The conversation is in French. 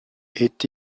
est